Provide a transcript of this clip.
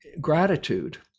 gratitude